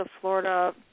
Florida